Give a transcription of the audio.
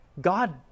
God